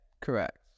correct